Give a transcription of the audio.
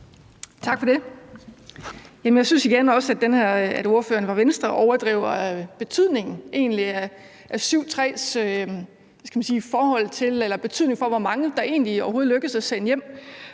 Tak for det. Jeg synes igen også, at ordføreren fra Venstre overdriver betydningen af § 7, stk. 3, for, hvor mange det overhovedet lykkes at sende hjem.